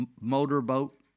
Motorboat